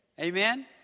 Amen